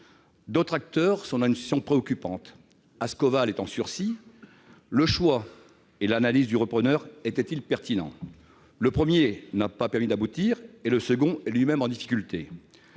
D'autres acteurs sont dans une situation préoccupante : Ascoval est en sursis. Le choix et l'analyse du repreneur étaient-ils pertinents ? Le premier n'a pas permis d'aboutir et le second est lui-même en difficulté.